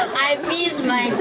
i feed my